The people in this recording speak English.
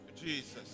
Jesus